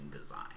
design